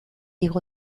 igo